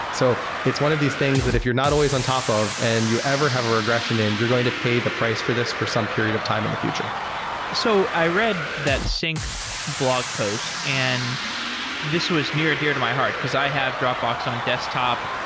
so it's one of these things that if you're not always on top of and you ever have a regression in, you're going to pay the price for this for some period of time in the future so i read that sync blog post, and this was near and dear to my heart because i have dropbox on desktop,